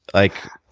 like,